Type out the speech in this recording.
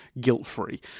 guilt-free